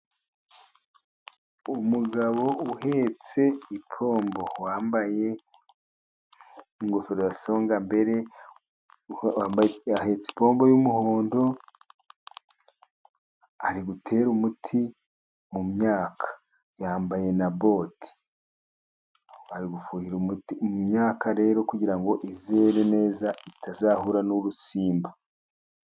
Umugabo uhetse ipombo, wambaye ingofero ya songambere, ahetse ipombo y'umuhondo ari gutere umuti mu myaka, yambaye na bote. Ari gufuhira umuti mu myaka rero, kugira ngo izere neza itazahura n'ubusimba.